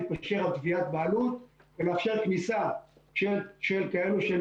להתפשר על תביעת בעלות ולאפשר כניסה של כאלו שהם